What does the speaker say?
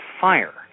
fire